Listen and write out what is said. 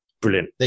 brilliant